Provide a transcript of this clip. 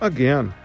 Again